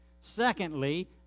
Secondly